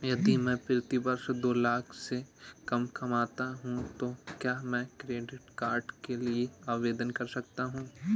यदि मैं प्रति वर्ष दो लाख से कम कमाता हूँ तो क्या मैं क्रेडिट कार्ड के लिए आवेदन कर सकता हूँ?